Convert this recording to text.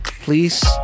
please